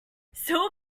steel